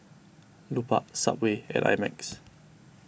Lupark Subway and I Max